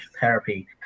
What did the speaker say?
therapy